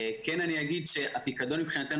כן אני אגיד שהפיקדון מבחינתנו,